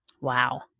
Wow